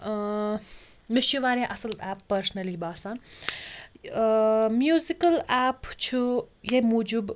ٲں مےٚ چھِ واریاہ اصٕل ایپ پٔرسٕنٔلی باسان ٲں میٛوٗزِکَل ایپ چھِ ییٚمہِ موٗجوٗب